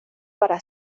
para